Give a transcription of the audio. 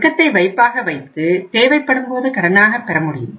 ரொக்கத்தை வைப்பாக வைத்து தேவைப்படும்போது கடனாக பெற முடியும்